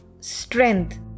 strength